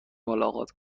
ملاقات